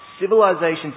civilizations